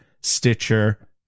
Stitcher